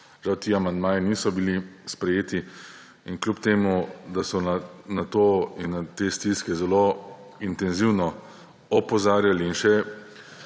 Žal ti amandmaji niso bili sprejeti in kljub temu, da so na to in na te stiske zelo intenzivno opozarjali in še